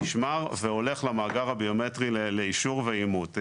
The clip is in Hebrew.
נשמר והולך למאגר הביומטרי לאישור ואימות.